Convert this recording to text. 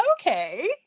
okay